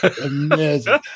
amazing